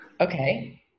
Okay